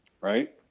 Right